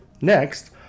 Next